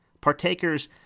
Partakers